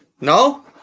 No